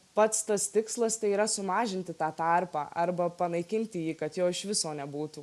pats tas tikslas tai yra sumažinti tą tarpą arba panaikinti jį kad jo iš viso nebūtų